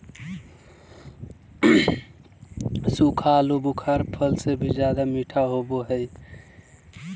सूखा आलूबुखारा फल से भी ज्यादा मीठा होबो हइ